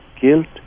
guilt